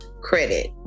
credit